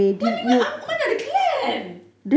what do you mean mana ada clan